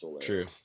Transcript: True